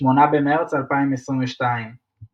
8 במרץ 2022 ==